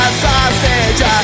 sausage